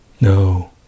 No